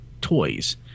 toys